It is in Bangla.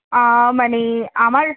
মানে আমার